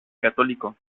católico